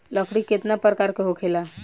लकड़ी केतना परकार के होखेला